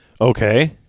Okay